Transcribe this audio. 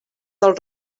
del